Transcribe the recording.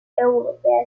europea